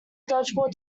dodgeball